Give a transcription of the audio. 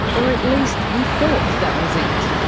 or at least he thought that was it.